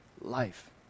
life